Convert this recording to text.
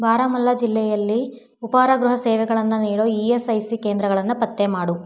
ಬಾರಾಮುಲ್ಲಾ ಜಿಲ್ಲೆಯಲ್ಲಿ ಉಪಾಹಾರ ಗೃಹ ಸೇವೆಗಳನ್ನು ನೀಡೋ ಇ ಎಸ್ ಐ ಸಿ ಕೇಂದ್ರಗಳನ್ನು ಪತ್ತೆ ಮಾಡು